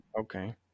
Okay